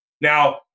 Now